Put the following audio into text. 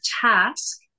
task